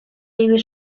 libri